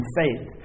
faith